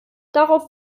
darauf